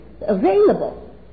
available